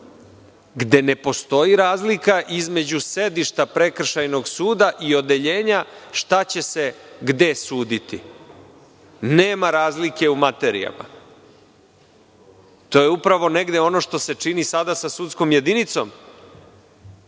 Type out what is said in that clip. gde ne postoji razlika između sedište prekršajnog suda i odeljenja šta će se gde suditi. Nema razlike u materijama. To je upravo negde ono što se čini sada sa sudskom jedinicom,